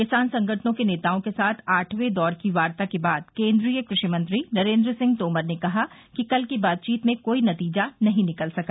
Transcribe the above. किसान संगठनों के नेताओं के साथ आठवें दौर की वार्ता के बाद केन्द्रीय कृषि मंत्री नरेन्द्र सिंह तोमर ने कहा कि कल की बातचीत में कोई नतीजा नहीं निकल सका